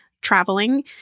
traveling